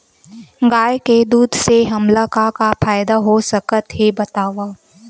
गाय के दूध से हमला का का फ़ायदा हो सकत हे बतावव?